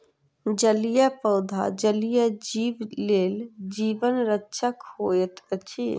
जलीय पौधा जलीय जीव लेल जीवन रक्षक होइत अछि